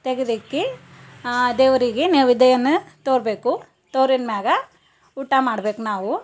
ತೆಗದಿಕ್ಕಿ ದೇವರಿಗೆ ನೇವೇದ್ಯವನ್ನ ತೋರಬೇಕು ತೋರಿದ್ಮ್ಯಾಗ ಊಟ ಮಾಡ್ಬೇಕು ನಾವು